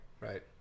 Right